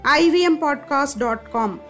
ivmpodcast.com